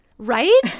Right